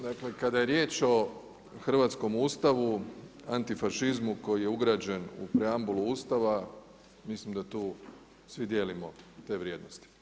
Dakle kada je riječ o hrvatskom Ustavu, antifašizmu koji je ugrađen u preambulu Ustava, mislim da tu svi dijelimo te vrijednosti.